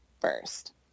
first